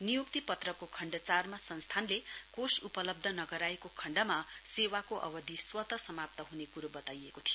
नियुक्ती पत्रको खण्ड चारमा संगठनले कोष उपलब्ध नगराएको खण्डमा सेवाको अवधि स्वत समाप्त हुने कुरो वताइएको थियो